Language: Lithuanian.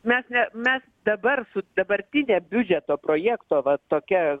mes ne mes dabar su dabartine biudžeto projekto va tokia